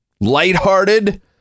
lighthearted